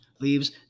leaves